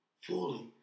fully